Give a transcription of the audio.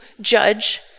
judge